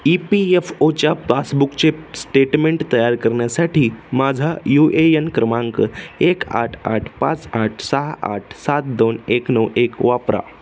E P F ओच्या पासबुकचे स्टेटमेंट तयार करण्यासाठी माझा यू ए यन क्रमांक एक आठ आठ पाच आठ सहा आठ सात दोन एक नऊ एक वापरा